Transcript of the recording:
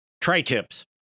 Tri-tips